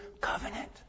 covenant